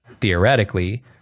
theoretically